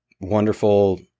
wonderful